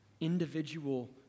individual